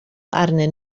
arnyn